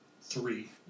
three